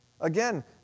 again